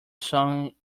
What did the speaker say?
song